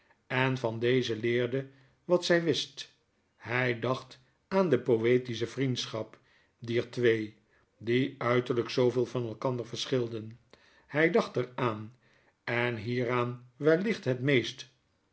en van deze leerde wat zij wist hij dacht aan de poetische vriendschap dier twee die uiterlijk zooveel van elkander verschilden hij dacht er aan en hieraan wellicht het meest